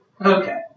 Okay